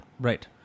Right